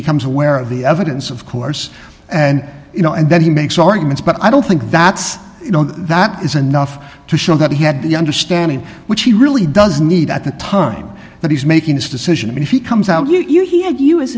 becomes aware of the evidence of course and you know and then he makes arguments but i don't think that's you know that is enough to show that he had the understanding which he really does need at the time that he's making this decision and if he comes out do you he had